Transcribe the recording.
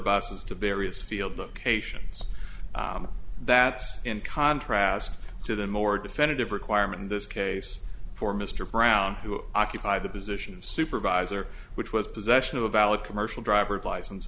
buses to various field book patients that's in contrast to the more definitive requirement in this case for mr brown who occupy the position of supervisor which was possession of a valid commercial driver's license